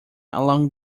along